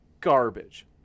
garbage